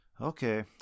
Okay